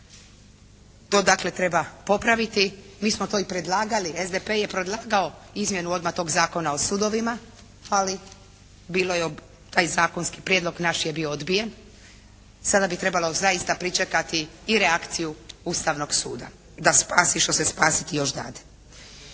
to dakle treba popraviti. Mi smo to i predlagali, SDP je predlagao izmjenu odma tog Zakona o sudovima ali bio je, taj zakonski prijedlog naš je bio odbijen. Sada bi trebalo zaista pričekati i reakciju Ustavnog suda da spasi što se spasiti još dade.